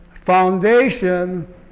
foundation